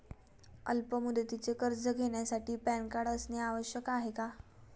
अल्प मुदतीचे कर्ज घेण्यासाठी पॅन कार्ड असणे आवश्यक आहे का?